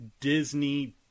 Disney